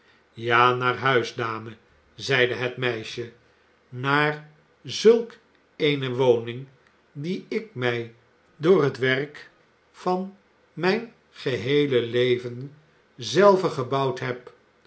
ja naar huis dame zeide het meisje naar zulk eene woning die ik mij door het werk van mijn geheele leven zelve gebouwd heb